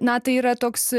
na tai yra toks